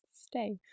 stay